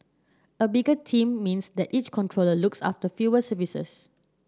a bigger team means that each controller looks after fewer services